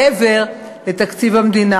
מעבר לתקציב המדינה.